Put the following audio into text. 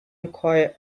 enquire